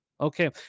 Okay